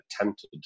attempted